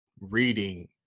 reading